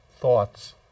thoughts